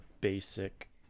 basic